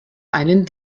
einen